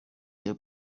cya